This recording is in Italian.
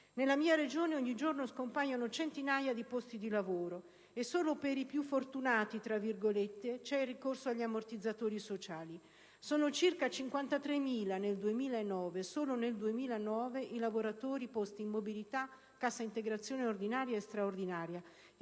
Nella mia Regione ogni giorno scompaiono centinaia di posti di lavoro e solo per i più "fortunati" c'è il ricorso agli ammortizzatori sociali. Sono circa 53.000 nel 2009 - solo nel 2009 - i lavoratori posti in mobilità, cassa integrazione ordinaria e straordinaria.